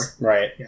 Right